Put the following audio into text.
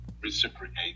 reciprocate